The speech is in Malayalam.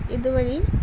ഇതുവഴി